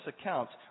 accounts